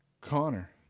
Connor